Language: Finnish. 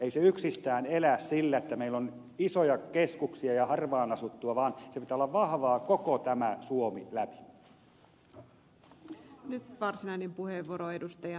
ei voida elää yksistään sillä että meillä on isoja keskuksia ja harvaanasuttua vaan pitää olla vahvaa koko tämä suomi läpi